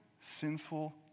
sinful